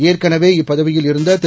ஏற்களவே இப்பதவியில் இருந்த திரு